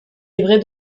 livrets